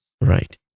Right